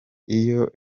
iyo